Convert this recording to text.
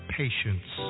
patience